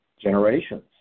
Generations